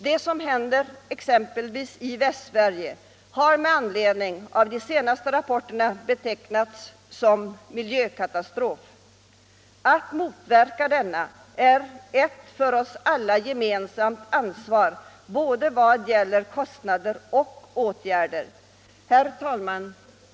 Det som händer exempelvis i Västsverige enligt de senaste rapporterna kan betecknas som en miljökatastrof. Att motverka denna är en för oss alla gemensam uppgift, och vi måste tillsammans ta ansvaret för både kostnader och åtgärder. Herr talman!